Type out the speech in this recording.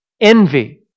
envy